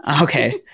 Okay